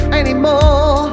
anymore